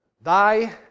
Thy